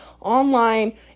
online